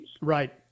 Right